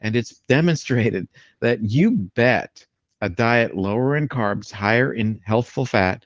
and it's demonstrated that you bet a diet lower in carbs, higher in healthful fat,